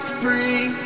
free